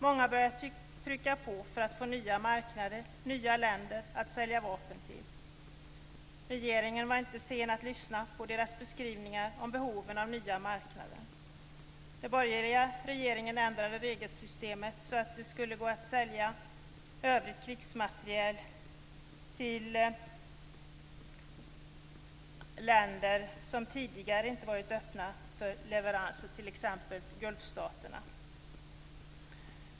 Många började trycka på för att få nya marknader och nya länder att sälja vapen till. Regeringen var inte sen att lyssna på deras beskrivningar av behoven av nya marknader. Den borgerliga regeringen ändrade regelsystemet så att det skulle gå att sälja övrigt krigsmateriel till länder som tidigare inte varit öppna för leveranser, t.ex. gulfstaterna.